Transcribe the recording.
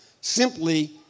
simply